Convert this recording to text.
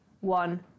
one